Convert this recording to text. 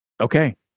Okay